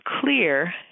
clear